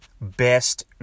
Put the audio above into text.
best